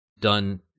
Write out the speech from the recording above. done